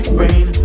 rain